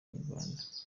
inyarwanda